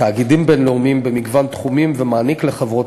תאגידים בין-לאומיים במגוון תחומים ומעניק לחברות